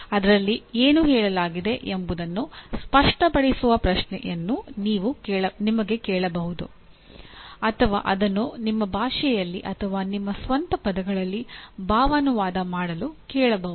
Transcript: ಅದರಲ್ಲಿ ಏನು ಹೇಳಲಾಗಿದೆ ಎಂಬುದನ್ನು ಸ್ಪಷ್ಟಪಡಿಸುವ ಪ್ರಶ್ನೆಯನ್ನು ನಿಮಗೆ ಕೇಳಬಹುದು ಅಥವಾ ಅದನ್ನು ನಿಮ್ಮ ಭಾಷೆಯಲ್ಲಿ ಅಥವಾ ನಿಮ್ಮ ಸ್ವಂತ ಪದಗಳಲ್ಲಿ ಭಾವಾನುವಾದ ಮಾಡಲು ಕೇಳಬಹುದು